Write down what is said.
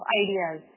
ideas